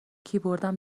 کیبوردم